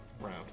round